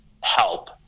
help